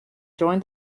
joined